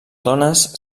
dones